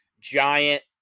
giant